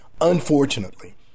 unfortunately